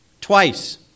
Twice